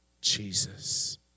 Jesus